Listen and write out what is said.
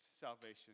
salvation